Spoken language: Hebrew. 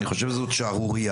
אני חושב שזאת שערורייה,